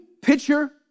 picture